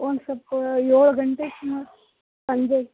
ಒಂದು ಸೊಲ್ಪ ಏಳು ಗಂಟೆ ಸುಮಾರು ಸಂಜೆ